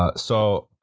ah so,